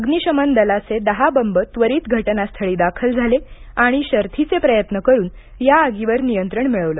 अग्निशमन दलाचे दहा बंब त्वरित घटनास्थळी दाखल झाले आणि शर्थीचे प्रयत्न करून या आगीवर नियंत्रण मिळवलं